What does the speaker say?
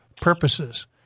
purposes